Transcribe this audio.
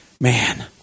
man